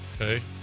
Okay